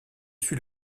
suis